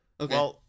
Okay